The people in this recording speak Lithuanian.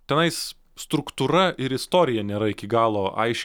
tenais struktūra ir istorija nėra iki galo aiš